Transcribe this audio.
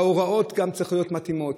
גם ההוראות צריכות להיות מתאימות.